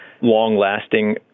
long-lasting